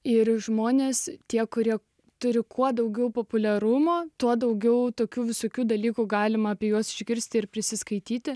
ir žmonės tie kurie turi kuo daugiau populiarumo tuo daugiau tokių visokių dalykų galima apie juos išgirsti ir prisiskaityti